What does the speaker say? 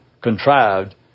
Contrived